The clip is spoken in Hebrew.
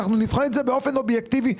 נבחן את זה באופן אובייקטיבי.